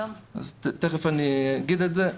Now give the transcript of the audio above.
אני תכף אדבר על זה.